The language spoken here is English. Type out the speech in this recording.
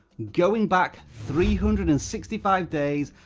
going back three hundred and sixty five days,